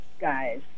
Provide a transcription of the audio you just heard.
guys